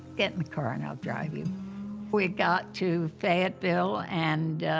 get in the car and i'll drive you. we got to fayetteville, and